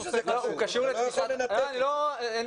זה לא כטענה,